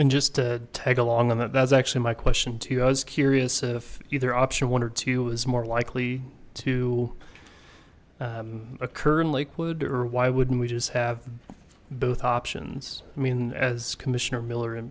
and just tag along on that that's actually my question to you i was curious if either option one or two is more likely to occur in lakewood or why wouldn't we just have both options i mean as commissioner miller